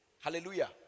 Hallelujah